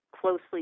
closely